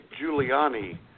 Giuliani